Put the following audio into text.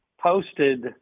posted